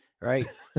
right